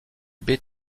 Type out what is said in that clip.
baies